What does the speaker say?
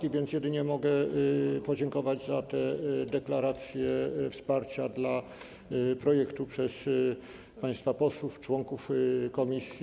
Mogę więc jedynie podziękować za te deklaracje wsparcia dla projektu przez państwa posłów, członków komisji.